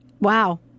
Wow